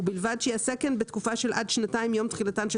ובלבד שייעשה כן בתקופה של עד שנתיים מיום תחילתן של